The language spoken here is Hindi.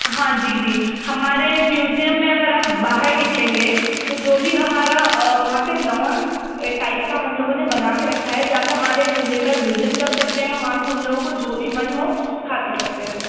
हाँ जी जी हमारे म्यूज़ियम में अगर आप बाहर निकलेंगे तो जो भी हमारा वहाँ पर लॉन टाइप का हम लोगों ने बना कर रखा है जहाँ पर हमारे विज़िटर विज़िट कर सकते हैं वहाँ पर उन लोगों को जो भी मन हो खा पी सकते हैं